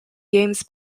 games